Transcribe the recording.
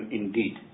indeed